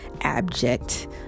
abject